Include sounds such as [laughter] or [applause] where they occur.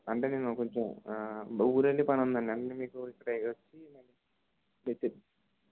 అంటే నేను కొంచెం ఊరు వెళ్ళే పని ఉందండి అందుకనే మీరు వచ్చి [unintelligible] తీసి మీరు